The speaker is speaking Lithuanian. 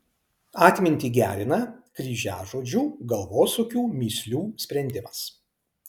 atmintį gerina kryžiažodžių galvosūkių mįslių sprendimas